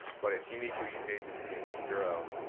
but it's unique to each agency and each bureau.